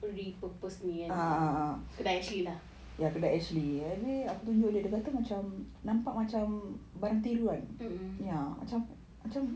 repurpose ni kan kedai ashley lah mmhmm